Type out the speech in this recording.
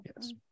Yes